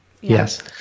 Yes